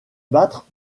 battre